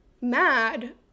mad